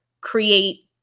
create